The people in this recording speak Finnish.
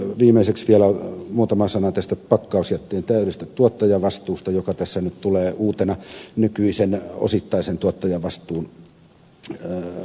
viimeiseksi vielä muutama sana tästä pakkausjätteen täydestä tuottajavastuusta joka tässä nyt tulee uutena nykyistä osittaista tuottajavastuuta korvaamaan